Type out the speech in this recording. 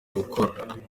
gukora